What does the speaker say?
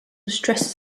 stresses